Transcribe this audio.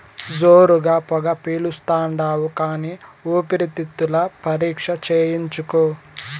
జోరుగా పొగ పిలిస్తాండావు కానీ ఊపిరితిత్తుల పరీక్ష చేయించుకో